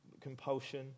compulsion